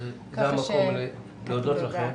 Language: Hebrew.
אז זה המקום להודות לכן.